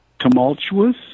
Tumultuous